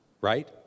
right